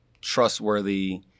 trustworthy